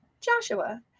Joshua